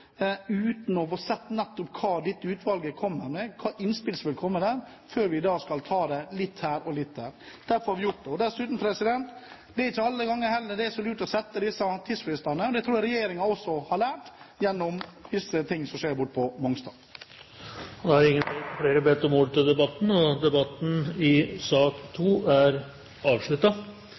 uten å ha sett nettopp hva dette utvalget kommer med, hva slags innspill som vil komme der, før vi skal ta det litt her og litt der. Derfor avventer vi det. Dessuten – det er ikke alle gangene det er så lurt å sette disse tidsfristene heller. Det tror jeg regjeringen også har lært gjennom visse ting som skjer på Mongstad. Flere har ikke bedt om ordet til sak nr. 2. Det foreligger ikke noe forslag til debattopplegg. Det betyr at første taler, representanten Per-Kristian Foss, som er